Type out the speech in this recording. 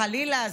חלילה,